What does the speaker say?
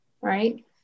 Right